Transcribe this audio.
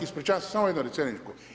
Ispričavam se, samo jednu rečenicu.